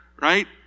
right